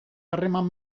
harreman